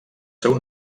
seu